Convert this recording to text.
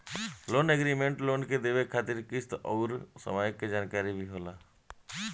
loan agreement में loan के देवे खातिर किस्त अउर समय के जानकारी भी होला